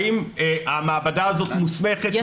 האם המעבדה הזו מוסמכת,